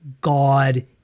god